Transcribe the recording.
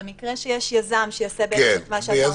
במקרה שיש יזם שיעשה בעצם את מה שאתה אומר -- כן,